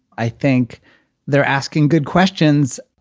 i think they're asking good questions.